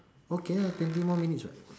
okay lah twenty minutes more [what]